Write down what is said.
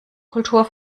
kultur